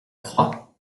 croix